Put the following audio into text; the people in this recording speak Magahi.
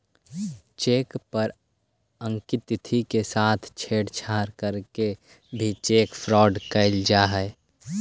चेक पर अंकित तिथि के साथ छेड़छाड़ करके भी चेक फ्रॉड कैल जा हइ